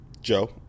Joe